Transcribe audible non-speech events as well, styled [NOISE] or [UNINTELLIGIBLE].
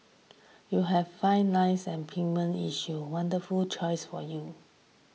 you have fine lines and [UNINTELLIGIBLE] issues wonderful choice for you